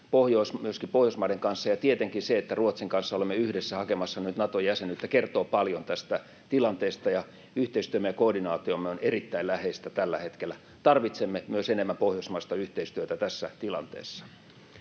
entisestään lähentynyt, ja tietenkin se, että Ruotsin kanssa olemme yhdessä hakemassa nyt Naton jäsenyyttä, kertoo paljon tästä tilanteesta, ja yhteistyömme ja koordinaatiomme on erittäin läheistä tällä hetkellä. Tarvitsemme myös enemmän pohjoismaista yhteistyötä tässä tilanteessa.